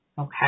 Okay